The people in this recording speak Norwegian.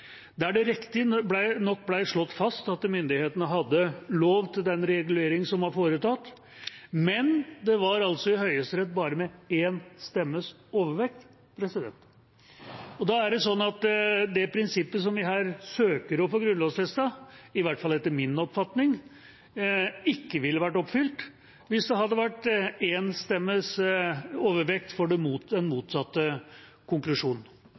der det riktignok ble slått fast at myndighetene hadde lov til den reguleringen som var foretatt, men det var bare med én stemmes overvekt. Da er det sånn at det prinsippet som vi her søker å få grunnlovfestet, i hvert fall etter min oppfatning ikke ville vært oppfylt hvis det hadde vært én stemmes overvekt for den motsatte konklusjonen. Det